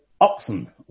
Oxen